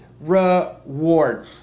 reward